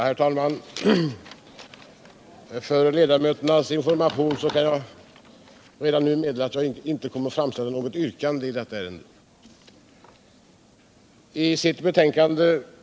Herr talman! För ledamöternas information kan jag redan nu meddela att jag inte kommer att framställa något vrkande i detta ärende.